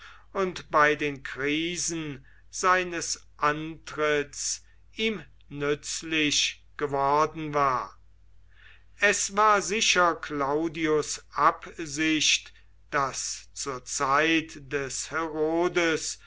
und bei den krisen seines antritts ihm nützlich geworden war es war sicher claudius absicht das zur zeit des herodes